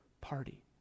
party